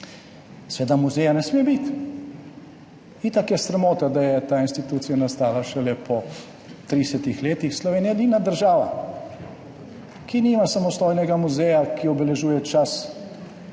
Seveda muzeja ne sme biti, itak je sramota, da je ta institucija nastala šele po 30 letih. Slovenija je edina država, ki nima samostojnega muzeja, ki obeležuje čas,